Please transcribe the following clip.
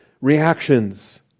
reactions